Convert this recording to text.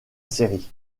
série